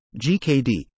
GKD